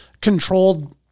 controlled